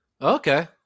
Okay